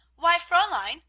why, fraulein,